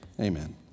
Amen